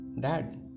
Dad